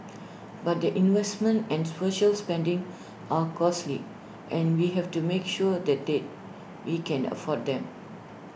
but the investments and social spending are costly and we have to make sure that they we can afford them